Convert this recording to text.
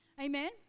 Amen